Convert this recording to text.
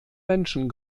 menschen